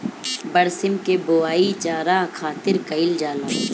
बरसीम के बोआई चारा खातिर कईल जाला